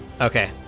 Okay